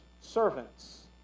servants